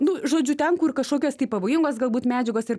nu žodžiu ten kur kažkokios pavojingos galbūt medžiagos ir